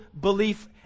belief